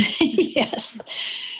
Yes